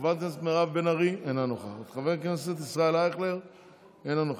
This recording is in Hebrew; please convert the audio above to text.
חברת הכנסת מירב בן ארי, אינה נוכחת,